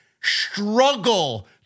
struggle